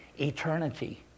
eternity